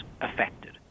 affected